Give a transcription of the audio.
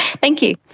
thank you.